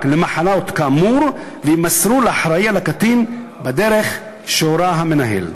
למחלות כאמור ויימסרו לאחראי על הקטין בדרך שהורה המנהל.